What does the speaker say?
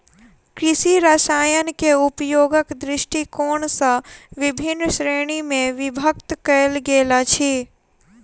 कृषि रसायनकेँ उपयोगक दृष्टिकोण सॅ विभिन्न श्रेणी मे विभक्त कयल गेल अछि